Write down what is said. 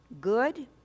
good